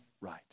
right